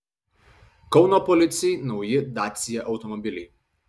kauno policijai nauji dacia automobiliai